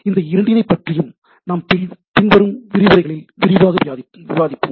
இந்த இரண்டினைப்பற்றியும் நாம் பின்வரும் விரிவுரைகளில் விரிவாக விவாதிப்போம்